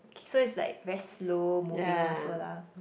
okay so it's like very slow moving also lah